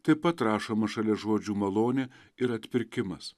taip pat rašomas šalia žodžių malonė ir atpirkimas